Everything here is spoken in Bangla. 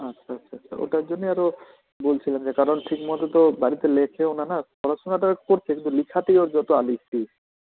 আচ্ছা আচ্ছা আচ্ছা ওটার জন্যই আরও বলছিলাম যে কারণ ঠিক মতো তো বাড়িতে লেখেও না না পড়াশোনাটা করছে কিন্তু লিখাতেই ওর যত আলিস্যি